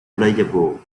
playable